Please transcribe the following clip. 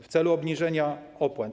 W celu obniżenia opłat.